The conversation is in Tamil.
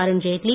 அருண்ஜெட்லி